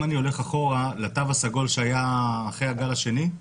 אם אני הולך אחורה לתו הסגול שהיה אחרי הגל השני,